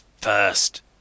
first